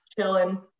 chilling